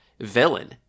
villain